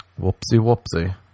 Whoopsie-whoopsie